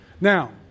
Now